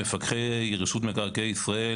מפקחי רשות מקרקעי ישראל,